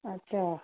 اچھا